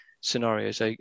scenarios